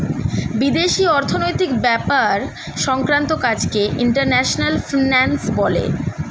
বিদেশি অর্থনৈতিক ব্যাপার সংক্রান্ত কাজকে ইন্টারন্যাশনাল ফিন্যান্স বলে